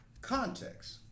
context